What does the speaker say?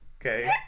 Okay